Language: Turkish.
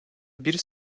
bir